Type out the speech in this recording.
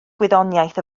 gwyddoniaeth